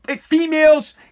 females